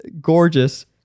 gorgeous